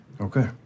Okay